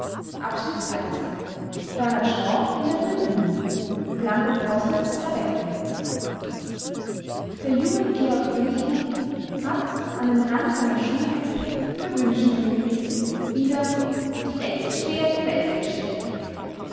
volks-zeitung bernard shaw in der tribüne blanco posnets erweckung der junge georg büchner hat an den rand seiner schulhefte verwünschungen gekritzelt wider die eckensteher der